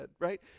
right